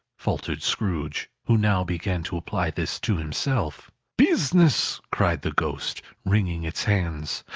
faltered scrooge, who now began to apply this to himself. business! cried the ghost, wringing its hands